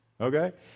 okay